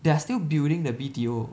they're still building the B_T_O